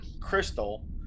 crystal